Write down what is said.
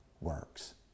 works